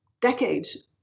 decades